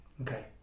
okay